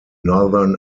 northern